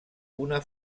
una